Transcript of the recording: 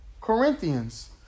Corinthians